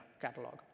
catalog